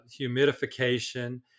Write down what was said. humidification